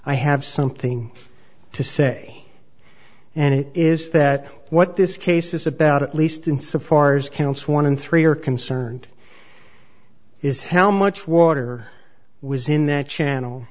i have something to say and it is that what this case is about at least insofar as counts one and three are concerned is how much water was in that channel